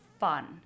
fun